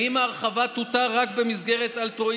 האם ההרחבה תותר רק במסגרת אלטרואיסטית?